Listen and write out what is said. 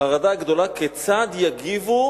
חרדה גדולה כיצד יגיבו